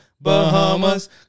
bahamas